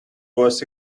was